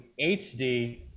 HD